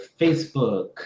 Facebook